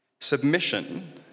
Submission